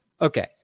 Okay